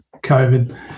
COVID